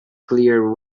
clear